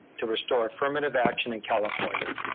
to restore affirmative action in california.